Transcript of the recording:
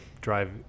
drive